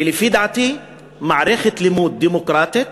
ולפי דעתי מערכת לימוד דמוקרטית